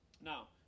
Now